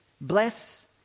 Bless